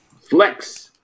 Flex